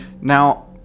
Now